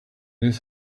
his